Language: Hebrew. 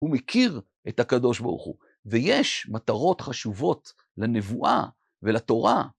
הוא מכיר את הקדוש ברוך הוא, ויש מטרות חשובות לנבואה ולתורה.